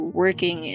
working